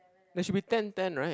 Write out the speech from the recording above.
there should be ten ten right